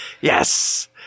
yes